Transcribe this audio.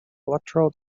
electoral